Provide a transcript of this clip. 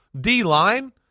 D-line